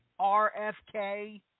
RFK